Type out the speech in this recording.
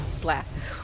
blast